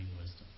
wisdom